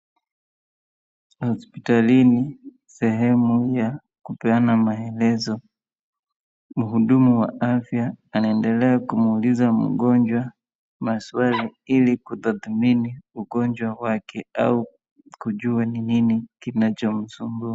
Hospitalini sehemu ya kupeana maelezo. Mhudumu wa afya anaendela kumuuliza mgonjwa maswali ili kutathmini ugonjwa wake au kujua ni nini kinacho msumbua.